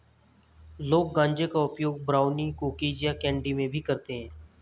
लोग गांजे का उपयोग ब्राउनी, कुकीज़ या कैंडी में भी करते है